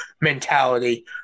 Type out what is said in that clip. mentality